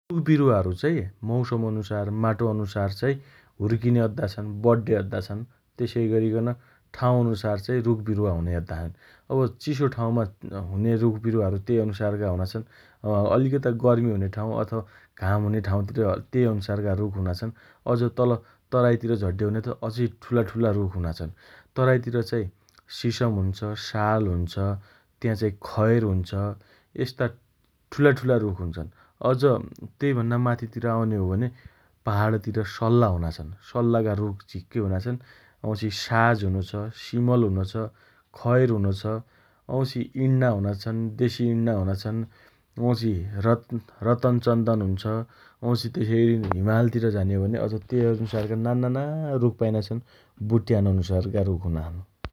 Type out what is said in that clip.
रुख विरुवाहरु चाई मौसम अनुसार माटो अनुसार चाइ हुर्किने अद्दा छन् । बढ्ढे अद्दा छन् । तेसइगरिकन ठाउँ अनुसार चाइ रुख विरुवा हुने अद्दा छन् । अब चिसो ठाउँमा हुने रुख विरुवाहरु तेइ अनुसारका हुना छन् । अँ अअलिकता गर्मी हुने ठाउँ अथवा घाम हुने ठाउँ तिर तेइ अनुसारका रुख हुना छन् । अझ तल तराइतिर झड्डे हो भने त अझै ठूला ठूला रुख हुना छन् । तराइतिर चाइ सिसम हुन्छ । साल हुन्छ । त्याँ चाइ खैर हुन्छ । यस्ता ठूला ठूला रुख हुन्छन् । अझ तेइ भन्ना माथितिर आउने हो भने पहाडतिर सल्ला हुना छन् । सल्लाका रुख झिक्कै हुना छन् । वाउँछि साज हुनो छ । सिमल हुनोछ । खैर हुनो छ । वाँउछि इण्न्ना छन्, देशी इण्न्ना हुना छन् । वाउँछि रतन् रतनचन्दन हुन्छ । वाउँछि तेसइअ हिमालतिर झाने हो भने तेइ अनुसारका नान्नाना रुख पाइना छन् । बुट्याउन अनुसारका रुख हुना छन् ।